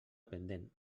pendent